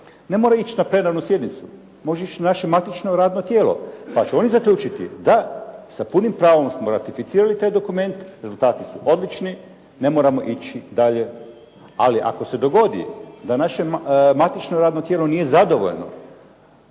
ne mora ići na plenarnu sjednicu, može ići na naše matično radno tijelo. Pa će oni zaključiti da, sa punim pravom smo ratificirali taj dokument, rezultati su odlučni, ne moramo ići dalje. Ali ako se dogodi da naše matično radno tijelo nije zadovoljno